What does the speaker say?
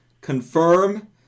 confirm